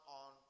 on